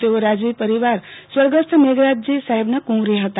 તેઓ રાજવી પરિવાર સ્વગસ્થ મેઘરાજજી સાહેબના કુવરી હતા